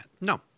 No